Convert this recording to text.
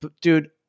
dude